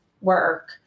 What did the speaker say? work